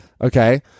Okay